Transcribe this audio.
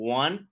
one